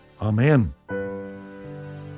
Amen